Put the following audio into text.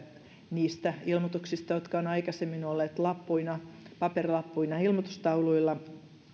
niistä ilmoituksista jotka ovat aikaisemmin olleet paperilappuina paperilappuina ilmoitustauluilla